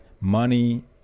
money